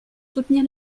soutenir